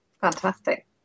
Fantastic